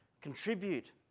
contribute